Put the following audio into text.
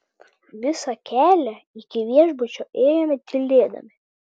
visą kelią iki viešbučio ėjome tylėdami